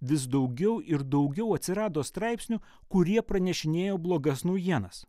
vis daugiau ir daugiau atsirado straipsnių kurie pranešinėjo blogas naujienas